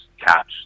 catch